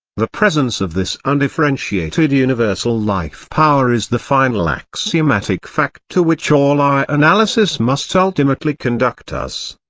the presence of this undifferentiated universal life-power is the final axiomatic fact to which all our analysis must ultimately conduct us.